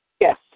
Yes